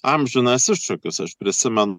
amžinas iššūkis aš prisimen